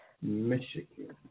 Michigan